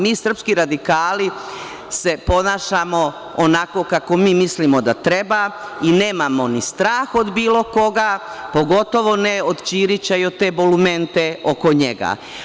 Mi srpski radikali se ponašamo onako kako mi mislimo da treba i nemamo ni strah od bilo koga, pogotovo ne od Ćirića i od te bulumente oko njega.